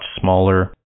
smaller